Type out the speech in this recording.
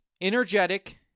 energetic